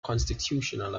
constitutional